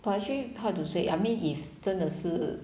but actually how to say I mean if 真的是